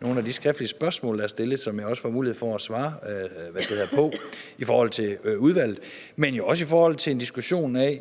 nogle af de skriftlige spørgsmål, der er stillet af udvalget, som jeg også får mulighed for at besvare, og det gælder også, i forhold til